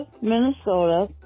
minnesota